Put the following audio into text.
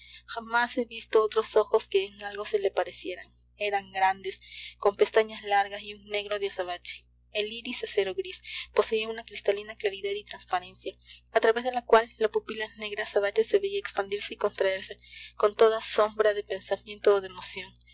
jamás he visto otros ojos que en algo se le parecieran eran grandes con pestañas largas y un negro de azabache el iris acero gris poseía una cristalina claridad y transparencia a través de la cual la pupila negra azabache se veía expandirse y contraerse con toda sombra de pensamiento o de emoción